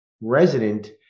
resident